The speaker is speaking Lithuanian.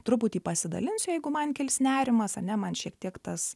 truputį pasidalins jeigu man kils nerimas ane man šiek tiek tas